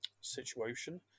situation